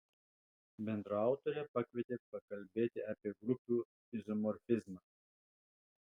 bendraautorę pakvietė pakalbėti apie grupių izomorfizmą